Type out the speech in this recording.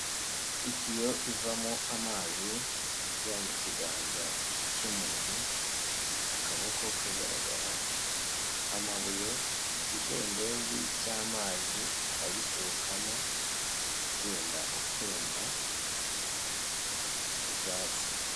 Itiyo ivamo amazi, ajya mu kiganza cy'umuntu, akaboko kagaragara. Amabuye, ikidendezi cy'amazi ayiturukamo agenda atemba, ibyatsi.